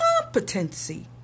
competency